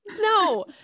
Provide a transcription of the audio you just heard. No